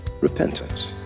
repentance